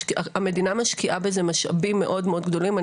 המדינה משקיעה בזה משאבים מאוד מאוד גדולים.